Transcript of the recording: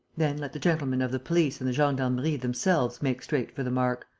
then let the gentlemen of the police and the gendarmerie themselves make straight for the mark.